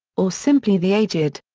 or simply the aged.